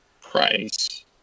Price